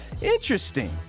Interesting